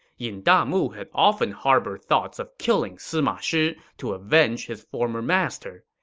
yin damu had often harbored thoughts of killing sima shi to avenge his former master.